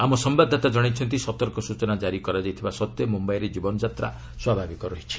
ଆମ ସମ୍ଭାଦଦାତା ଜଣାଇଛନ୍ତି ସତର୍କ ସୂଚନା କାରି କରାଯାଇଥିବା ସତ୍ତ୍ୱେ ମୁମ୍ବାଇରେ ଜୀବନଯାତ୍ରା ସ୍ୱାଭାବିକ ରହିଛି